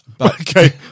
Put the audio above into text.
Okay